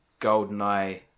GoldenEye